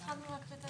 עוד לא התחלנו להקריא.